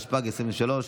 התשפ"ג 2023,